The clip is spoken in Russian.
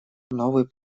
новый